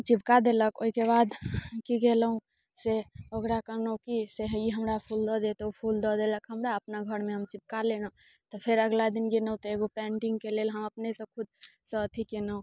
चिपका देलक ओहिके बाद की केलहुँ से ओकरा कहलहुँ कि से ई हमरा फूल दऽ दे तऽ ओ फूल दऽ देलक हमरा अपना हमरा अपना घरमे हम चिपका लेलहुँ तऽ फेर अगिला दिन गेलहुँ तऽ एगो पेंटिंगके लेल हम अपनेसँ खुदसँ अथी केलहुँ